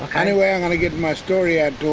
kind of way i'm going to get my story out to